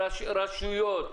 רשויות,